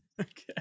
Okay